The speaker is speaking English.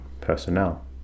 personnel